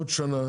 עוד שנה